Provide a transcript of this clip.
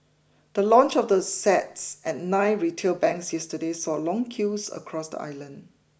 the launch of the sets at nine retail banks yesterday saw long queues across the island